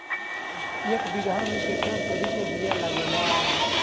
एक बिगहा में केतना तोरी के बिया लागेला?